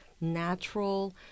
natural